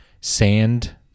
sand